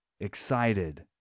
excited